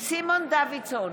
סימון דוידסון,